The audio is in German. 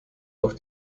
auf